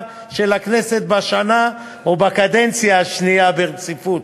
של הכנסת בשנה או בקדנציה השנייה ברציפות.